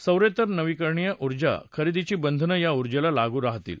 सौरेतर नवीकरणीय उर्जा खरेदीची बंधनं या उर्जेला लागू राहतील